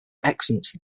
extant